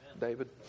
David